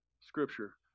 scripture